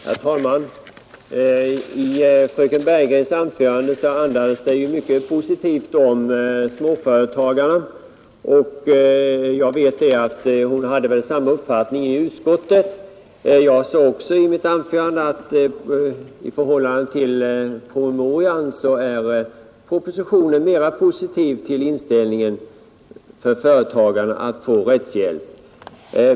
Herr talman! Fröken Bergegren talade i sitt anförande mycket positivt om småföretagare, och hon hade samma uppfattning i utskottet. Jag sade också i mitt anförande att jämförd med promemorian är propositionen mera positiv till möjligheten för företagare att få rättshjälp.